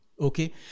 Okay